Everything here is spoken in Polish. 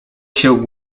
się